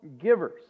givers